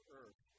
earth